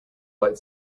light